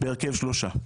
בהרכב שלושה.